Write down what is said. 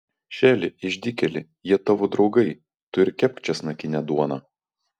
šeli išdykėli jie tavo draugai tu ir kepk česnakinę duoną